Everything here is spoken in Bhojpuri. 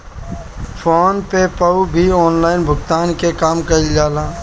फ़ोन पे पअ भी ऑनलाइन भुगतान के काम कईल जाला